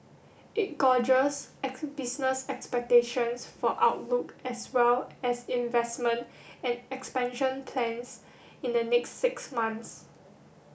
it gauges business expectations for outlook as well as investment and expansion plans in the next six months